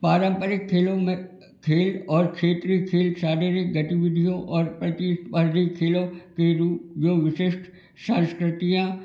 पारम्परिक खेलों में खेल और क्षेत्रीय खेल शारीरिक गतिविधियों और प्रतिस्पर्धी खेलों के रूप जो विशिष्ट सांस्कृतियाँ